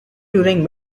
during